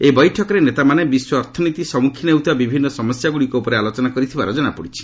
ଏହି ବୈଠକରେ ନେତାମାନେ ବିଶ୍ୱ ଅର୍ଥନୀତି ସମ୍ମଖୀନ ହେଉଥିବା ବିଭିନ୍ନ ସମସ୍ୟାଗ୍ରଡ଼ିକ ଉପରେ ଆଲୋଚନା କରିଥିବାର ଜଣାପଡ଼ିଛି